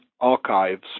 archives